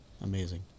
amazing